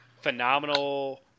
phenomenal